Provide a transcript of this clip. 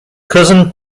cousin